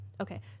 Okay